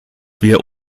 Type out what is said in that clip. wir